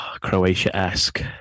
Croatia-esque